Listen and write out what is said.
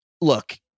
look